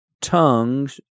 tongues